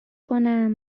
کنم